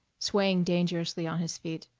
swaying dangerously on his feet,